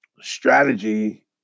Strategy